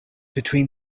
between